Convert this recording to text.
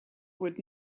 would